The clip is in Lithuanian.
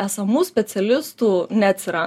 esamų specialistų neatsira